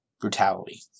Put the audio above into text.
brutality